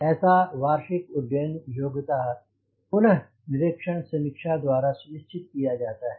ऐसा वार्षिक उड्डयन योग्यता पुनः निरीक्षण समीक्षा द्वारा सुनिश्चित किया जाता है